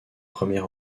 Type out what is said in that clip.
premier